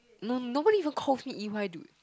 no nobody even calls me E Y dude